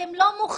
אתם לא מוחים,